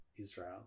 Israel